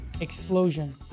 explosion